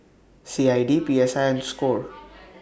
C I D P S I and SCORE